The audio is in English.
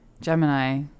Gemini